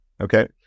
Okay